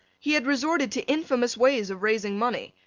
he had resorted to infamous ways of raising money,